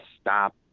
stop